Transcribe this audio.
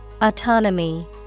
Autonomy